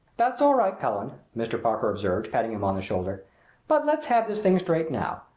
that's all right, cullen, mr. parker observed, patting him on the shoulder but let's have this thing straight now.